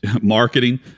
Marketing